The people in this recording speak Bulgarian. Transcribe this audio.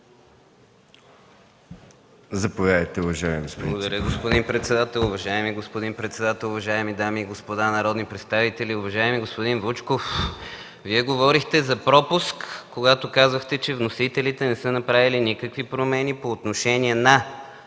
заповядайте, уважаеми господин